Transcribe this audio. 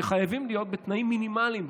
שחייבים להיות בתנאים מינימליים,